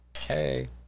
hey